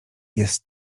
jest